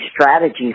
strategy